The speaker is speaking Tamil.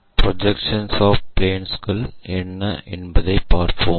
ப்ரொஜெக்ஷன்ஸ் ஆப் பிளேன்களின் என்ன என்பதைப் பார்ப்போம்